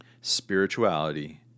spirituality